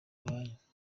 abaye